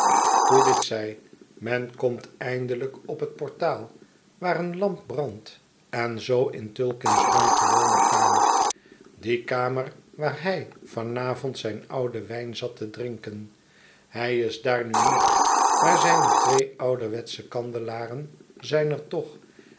hoe dit zij men komt eindelijk op het portaal waar eene lamp brandt en zoo in tulkinghorn's gewone kamer die kamer waar hij van avond zijn ouden wijn zat te drinken hij is daar nu niet maar zijne twee ouderwetsche kandelaren zijn er toch